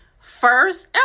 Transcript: first